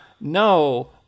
no